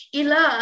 ila